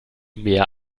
mehr